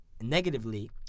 negatively